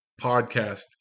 podcast